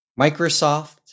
Microsoft